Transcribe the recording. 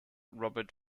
robert